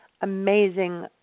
amazing